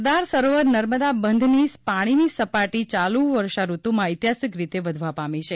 સરદાર સરોવર નર્મદા બંધની પાણીની સપાટી ચાલુ વર્ષાઋતુમાં ઐતિહાસિક રીતે વધવા પામી છે